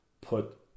put